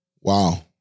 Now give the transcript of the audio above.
Wow